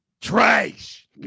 Trash